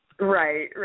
right